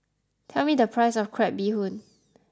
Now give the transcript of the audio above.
tell me the price of Crab Bee Hoon